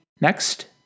next